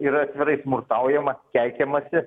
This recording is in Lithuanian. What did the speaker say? yra atvirai smurtaujama keikiamasi